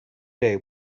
day